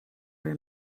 were